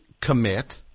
commit